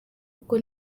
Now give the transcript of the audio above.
kuko